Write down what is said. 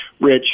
Rich